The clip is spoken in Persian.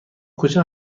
کجا